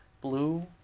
blue